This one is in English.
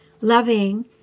loving